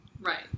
Right